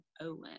Owen